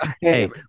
hey